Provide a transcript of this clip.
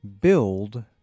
build